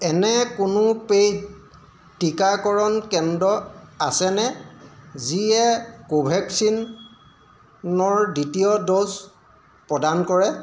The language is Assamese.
এনে কোনো পেইড টিকাকৰণ কেন্দ্ৰ আছেনে যিয়ে কোভেক্সিনৰ দ্বিতীয় ড'জ প্ৰদান কৰে